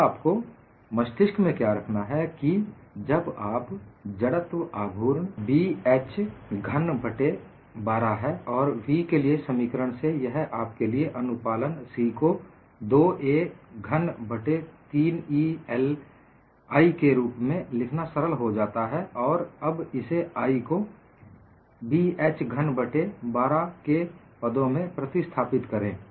और आपको मस्तिष्क में क्या रखना है कि जब आप जड़त्व आघूर्ण Bh घन बट्टे 12 है और v के लिए समीकरण से यह आपके लिए अनुपालन C को 2a घन बट्टे 3EI के रूप में लिखना सरल हो जाता है और अब इसे आई को Bh घन बट्टे 12 के पदों में प्रस्थापित करें